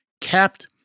capped